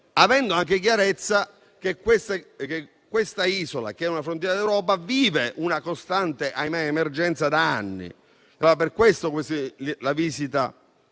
avendo anche chiarezza che queste isole, che sono una frontiera d'Europa, vivono una costante emergenza da anni. La visita